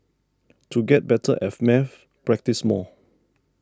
to get better at maths practise more